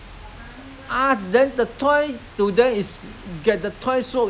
it may be one person one toy or maybe they share the toy among themselves